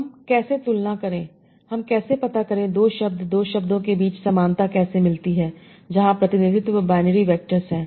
हम कैसे तुलना करें हम कैसे पता करें 2 शब्द 2 शब्दों के बीच समानता कैसे मिलती है जहां प्रतिनिधित्व बाइनरी वेक्टर्स है